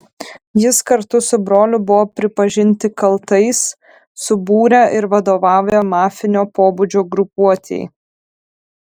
jis kartu su broliu buvo pripažinti kaltais subūrę ir vadovavę mafinio pobūdžio grupuotei